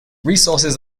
resources